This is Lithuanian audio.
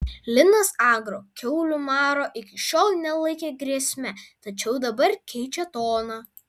linas agro kiaulių maro iki šiol nelaikė grėsme tačiau dabar keičia toną